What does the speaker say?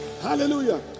Hallelujah